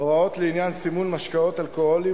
הוראות לעניין סימון משקאות אלכוהוליים,